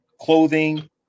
Clothing